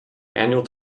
annual